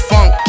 Funk